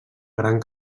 gran